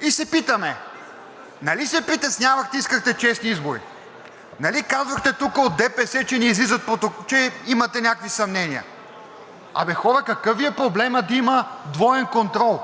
И се питаме – нали се притеснявахте, искахте честни избори. Нали казвахте тук от ДПС, че имате някакви съмнения. Абе, хора, какъв Ви е проблемът да има двоен контрол?